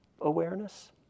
Awareness